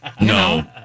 No